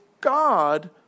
God